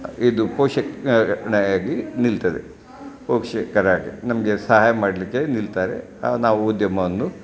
ಇದು ಪೋಷಕ ಆಗಿ ನಿಲ್ತದೆ ಪೋಷಕರ ಹಾಗೆ ನಮಗೆ ಸಹಾಯ ಮಾಡಲಿಕ್ಕೆ ನಿಲ್ತಾರೆ ನಾವು ಉದ್ಯಮವನ್ನು